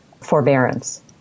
forbearance